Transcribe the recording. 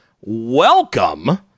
welcome